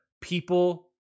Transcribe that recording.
people